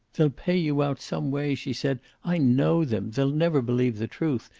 they'll pay you out some way, she said. i know them. they'll never believe the truth.